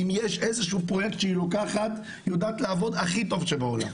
אם יש איזה שהוא פרוייקט שהיא לוקחת היא יודעת לעבוד הכי טוב שבעולם.